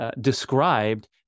described